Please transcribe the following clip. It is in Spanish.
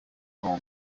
como